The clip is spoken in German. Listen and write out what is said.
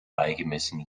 beigemessen